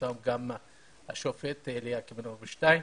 בראשם השופט אליקים רובינשטיין.